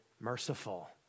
merciful